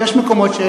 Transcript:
יש מקומות,